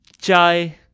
Chai